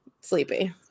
sleepy